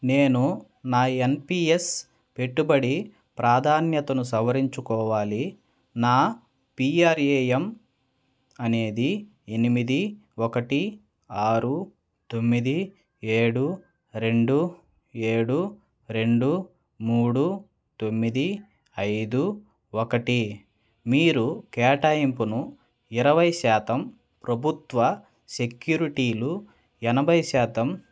నేను నా ఎన్పీఎస్ పెట్టుబడి ప్రాధాన్యతను సవరించుకోవాలి నా పీఆర్ఏఎమ్ అనేది ఎనిమిది ఒకటి ఆరు తొమ్మిది ఏడు రెండు ఏడు రెండు మూడు తొమ్మిది ఐదు ఒకటి మీరు కేటాయింపును ఇరవై శాతం ప్రభుత్వ సెక్యూరుటీలు ఎనభై శాతం